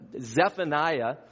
Zephaniah